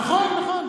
נכון, נכון.